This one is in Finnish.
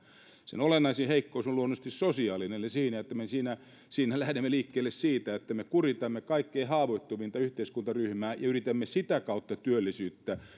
sen olennaisin heikkous on luonnollisesti sosiaalinen eli se että me lähdemme liikkeelle siitä että me kuritamme kaikkein haavoittuvinta yhteiskuntaryhmää ja yritämme sitä kautta työllisyyttä